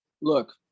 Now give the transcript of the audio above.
Look